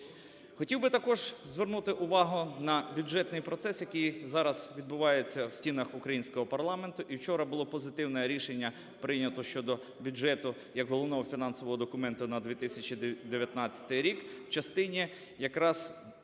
Хотів би також звернути увагу на бюджетний процес, який зараз відбувається в стінках українського парламенту, і вчора було позитивне рішення прийнято щодо бюджету як головного фінансового документу на 2019 рік в частині якраз створення